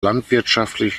landschaftlich